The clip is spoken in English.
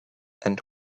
and